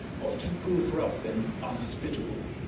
often prove rough and unhospitable.